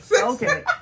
okay